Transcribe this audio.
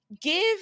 give